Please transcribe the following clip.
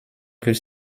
plus